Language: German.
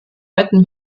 wetten